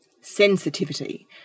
sensitivity